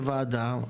כוועדה,